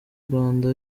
rwanda